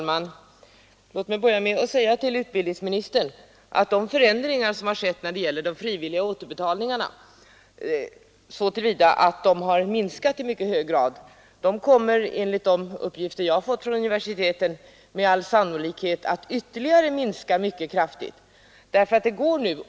Herr talman! Utbildningsministern säger att de frivilliga återbetalningarna har minskat i mycket hög grad. De kommer enligt de uppgifter jag har fått från universiteten med all sannolikhet att ytterligare minska mycket kraftigt.